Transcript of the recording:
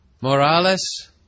Morales